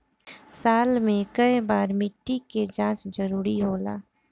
साल में केय बार मिट्टी के जाँच जरूरी होला?